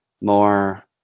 more